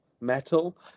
metal